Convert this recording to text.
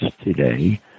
today